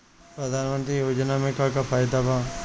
प्रधानमंत्री योजना मे का का फायदा बा?